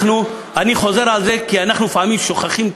אני חוזר על זה, כי אנחנו לפעמים שוכחים,